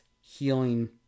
healing